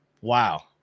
wow